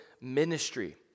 ministry